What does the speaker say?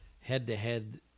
head-to-head